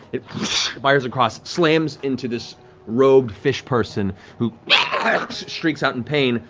it fires across, slams into this robed fish-person who shrieks out in pain.